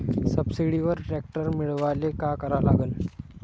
सबसिडीवर ट्रॅक्टर मिळवायले का करा लागन?